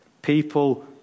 People